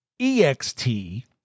ext